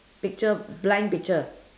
picture blank picture